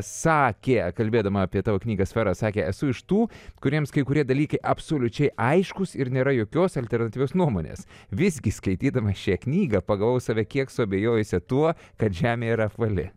sakė kalbėdama apie tavo knygą sfera sakė esu iš tų kuriems kai kurie dalykai absoliučiai aiškūs ir nėra jokios alternatyvios nuomonės visgi skaitydama šią knygą pagavau save kiek suabejojusią tuo kad žemė yra apvali